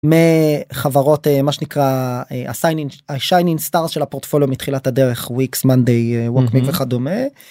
מחברות מה שנקרא הסיינינג השיינינג סטארס של הפורטפוליו מתחילת הדרך וויקס מאנדיי וכדומה.